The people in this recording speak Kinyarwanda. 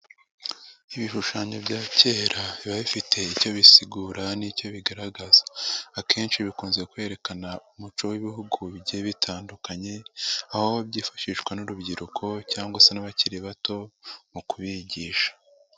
Ibishushanyo bya kera biba bifite icyo bisigura n'icyo bigaragaza, akenshi bikunze kwerekana umuco w'ibihugu bigiye bitandukanye, aho byifashishwa n'urubyiruko cyangwa se n'abakiri bato mu kubigisha.